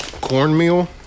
Cornmeal